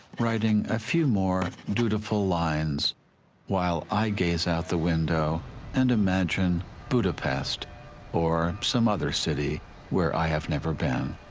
writing a few more dutiful lines while i gaze out the window and imagine budapest or some other city where i have never been.